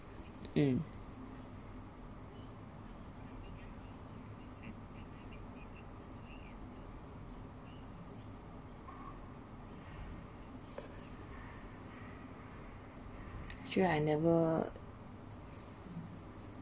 mm actually I never